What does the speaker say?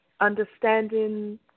understanding